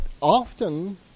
often